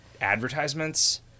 advertisements